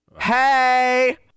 Hey